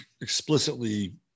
explicitly